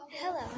Hello